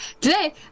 today